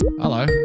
Hello